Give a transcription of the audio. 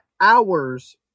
hours